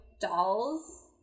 dolls